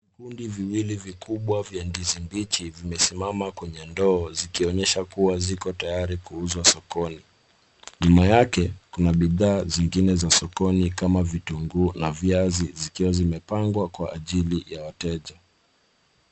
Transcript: Vikundi viwili wikubwa vya ndizi mbichi, vimesimama kwenye ndoo zikionyesha kuwa ziko tayari kuuzwa sokoni. Nyuma yake, kuna bidhaa zingine za sokoni kama vitunguu na viazi, zikiwa zimepangwa kwa ajili ya wateja.